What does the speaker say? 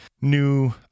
new